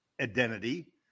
identity